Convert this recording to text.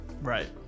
Right